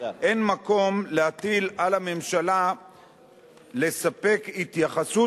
אין מקום להטיל על הממשלה לספק התייחסות